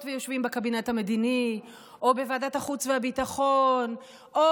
ויושבים בקבינט המדיני או בוועדת החוץ והביטחון או